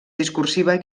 discursiva